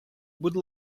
будь